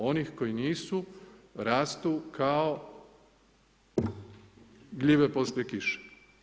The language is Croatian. Onih koji nisu, rastu kao gljive poslije kiše.